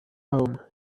home